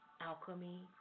Alchemy